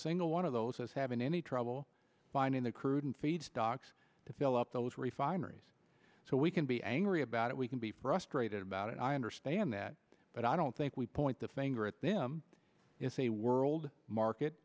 single one of those as having any trouble finding the crude and feedstocks to fill up those refineries so we can be angry about it we can be frustrated about it i understand that but i don't think we point the finger at them it's a world market